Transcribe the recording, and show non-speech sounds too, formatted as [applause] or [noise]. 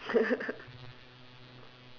[laughs]